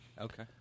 Okay